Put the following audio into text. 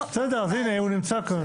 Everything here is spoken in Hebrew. בסדר, אז הנה, הוא נמצא כאן.